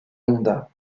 honda